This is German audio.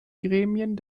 gremien